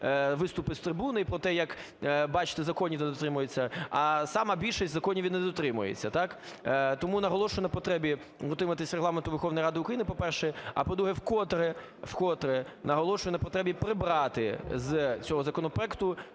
виступи з трибуни про те, як, бачите, законів не дотримуються. А сама більшість законів і не дотримується, так? Тому наголошую на потребі дотримуватись Регламенту Верховної Ради України, по-перше. А по-друге, вкотре, вкотре наголошую на потребі прибрати з цього законопроекту